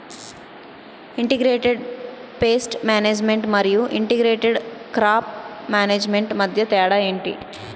integrated pest management మరియు integrated crop management మధ్య తేడా ఏంటి